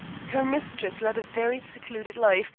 her mistress led a very secluded life,